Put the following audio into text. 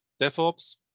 DevOps